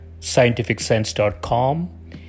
scientificsense.com